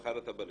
מחר את בא לשלם,